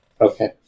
Okay